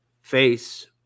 face